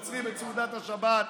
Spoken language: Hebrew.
עוצרים את סעודת השבת,